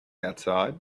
outside